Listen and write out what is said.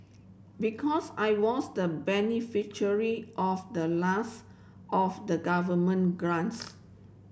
because I was the beneficiary of the last of the government grants